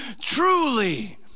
truly